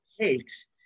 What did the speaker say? takes